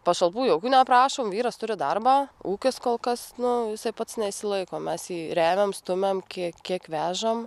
pašalpų jaukių neprašome vyras turi darbą ūkis kol kas nu jisai pats neišsilaiko mes jį remiam stumiam kiek kiek vežam